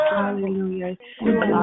Hallelujah